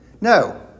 no